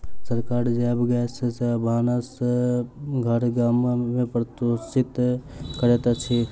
सरकार जैव गैस सॅ भानस घर गाम में प्रोत्साहित करैत अछि